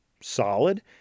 solid